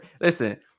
Listen